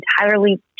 entirely